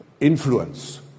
Influence